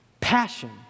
passion